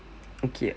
okay